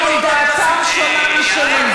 גם אם דעתם שונה משלי.